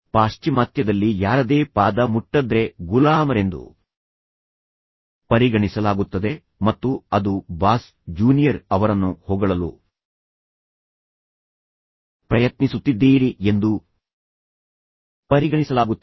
ಪಾಶ್ಚಿಮಾತ್ಯದಲ್ಲಿ ಯಾರದೇ ಪಾದ ಮುಟ್ಟದ್ರೆ ಗುಲಾಮರೆಂದು ಪರಿಗಣಿಸಲಾಗುತ್ತದೆ ಮತ್ತು ಅದು ಬಾಸ್ ಜೂನಿಯರ್ ಅವರನ್ನು ಹೊಗಳಲು ಪ್ರಯತ್ನಿಸುತ್ತಿದ್ದೀರಿ ಎಂದು ಪರಿಗಣಿಸಲಾಗುತ್ತದೆ